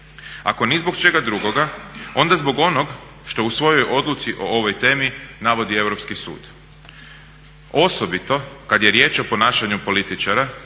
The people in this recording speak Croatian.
Ako ni zbog čega drugoga onda zbog onog što u svojoj odluci o ovoj temi navodi Europski sud. Osobito kad je riječ o ponašanju političara,